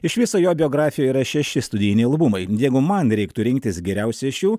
iš viso jo biografijoj yra šeši studijiniai albumai jeigu man reiktų rinktis geriausią iš jų